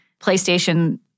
PlayStation